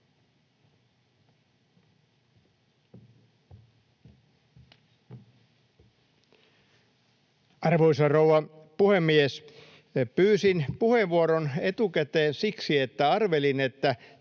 Arvoisa rouva puhemies! Pyysin puheenvuoron etukäteen siksi, että arvelin, että